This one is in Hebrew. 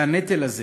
והנטל הזה